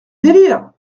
délire